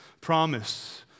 promise